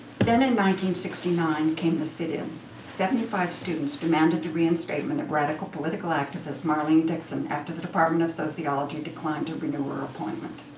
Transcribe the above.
and and sixty nine, came the sit-in. seventy five students demanded the reinstatement of radical political activist marlene dixon, after the department of sociology declined to renew her appointment.